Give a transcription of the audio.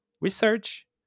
Research